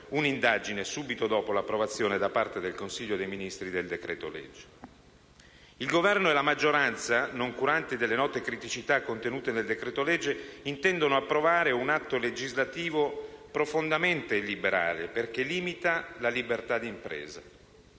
un'indagine subito dopo l'approvazione da parte del Consiglio dei ministri del decreto-legge. Il Governo e la maggioranza, noncuranti delle note criticità contenute nel decreto-legge, intendono approvare un atto legislativo profondamente illiberale, perché limita la libertà di impresa.